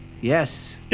Yes